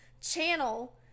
Channel